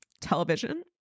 television